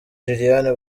lilian